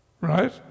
Right